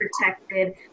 protected